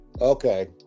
Okay